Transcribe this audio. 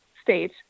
state